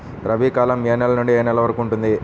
రబీ కాలం ఏ నెల నుండి ఏ నెల వరకు ఉంటుంది?